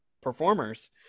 performers